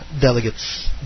delegates